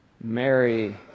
Mary